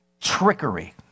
Trickery